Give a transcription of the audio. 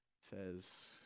says